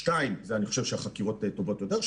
שניים, אני חושב שהחקירות טובת יותר.